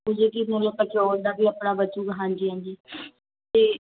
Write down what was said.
ਹੁਣ ਜਿਹੜੀ ਚੀਜ਼ ਨੂੰ ਵੀ ਆਪਾਂ ਆਪਣਾ ਬਚੂ ਗਾ ਹਾਂਜੀ ਹਾਂਜੀ ਅਤੇ